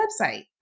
website